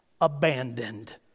abandoned